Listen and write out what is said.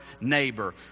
neighbor